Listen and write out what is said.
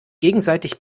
gegenseitig